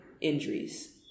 injuries